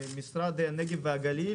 משרד הנגב והגליל